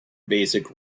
basic